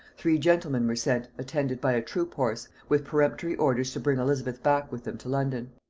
three gentlemen were sent, attended by a troop horse, with peremptory orders to bring elizabeth back with them to london.